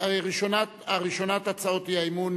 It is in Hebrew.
חוק הרשויות המקומיות (כללי אתיקה לחברי מועצה),